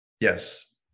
Yes